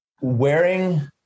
wearing